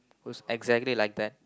who's exactly like that